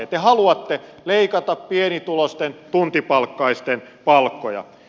te haluatte leikata pienituloisten tuntipalkkaisten palkkoja